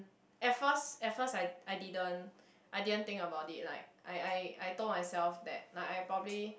at first at first I I didn't I didn't think about it like I I I told myself that like I probably